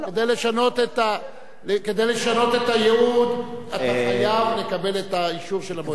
כדי לשנות את הייעוד אתה חייב לקבל את האישור של המועצה.